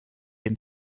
dem